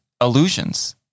illusions